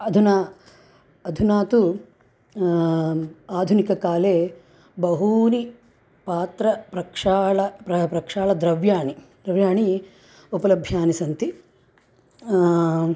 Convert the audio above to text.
अधुना अधुनातु आधुनिककाले बहूनि पात्रप्रक्षाल प्र प्रक्षालद्रव्याणि द्रव्याणि उपल्भ्यानि सन्ति